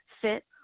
fit